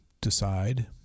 decide